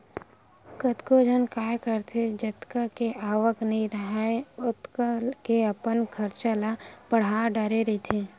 कतको झन काय करथे जतका के आवक नइ राहय ओतका के अपन खरचा ल बड़हा डरे रहिथे